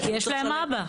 כי יש להם אבא.